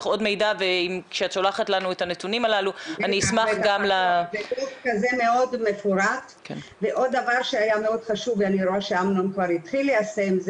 עוד דבר שהיה מאוד חשוב ואני רואה שאמנון כבר התחיל ליישם,